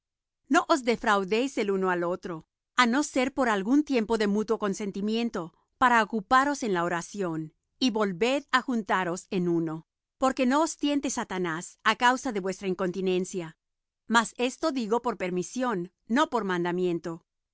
no os defraudéis el uno al otro á no ser por algún tiempo de mutuo consentimiento para ocuparos en la oración y volved á juntaros en uno porque no os tiente satanás á causa de vuestra incontinencia mas esto digo por permisión no por mandamiento